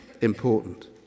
important